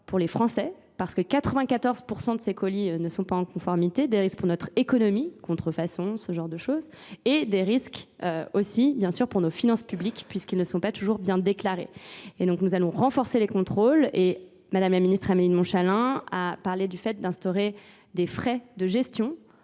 pour les français parce que 94% de ces colis ne sont pas en conformité, des risques pour notre économie, contrefaçon, ce genre de choses, et des risques aussi bien sûr pour nos finances publiques puisqu'ils ne sont pas toujours bien déclarés. Et donc nous allons renforcer les contrôles et madame la ministre Amélie de Montchalin a parlé du fait d'instaurer des frais de gestion